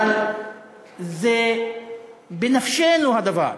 אבל זה בנפשנו, הדבר.